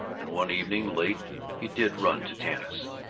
and one evening, late, he did run to tanis.